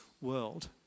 world